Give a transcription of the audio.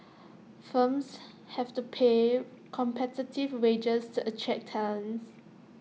firms have to pay competitive wages to attract talents